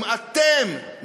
אם אתם,